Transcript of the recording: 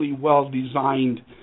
well-designed